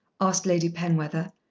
asked lady penwether.